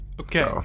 Okay